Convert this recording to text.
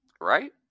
Right